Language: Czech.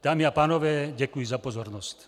Dámy a pánové, děkuji za pozornost.